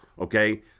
okay